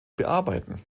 bearbeiten